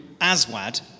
Aswad